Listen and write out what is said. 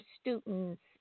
students